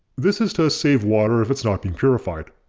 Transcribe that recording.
this is to save water if it's not being purified.